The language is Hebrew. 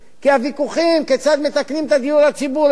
כי הוויכוחים כיצד מתקנים את הדיור הציבורי,